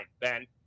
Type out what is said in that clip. Ben